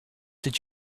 did